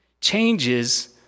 changes